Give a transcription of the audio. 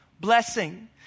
blessing